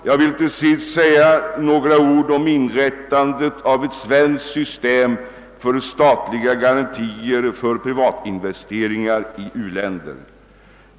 Jag vill till sist säga några ord om inrättandet av ett svenskt system för statliga garantier för privatinvesteringar i u-länder.